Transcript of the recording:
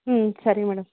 ಹ್ಞೂ ಸರಿ ಮೇಡಮ್